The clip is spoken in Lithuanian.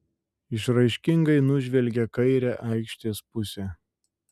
išraiškingai nužvelgė kairę aikštės pusę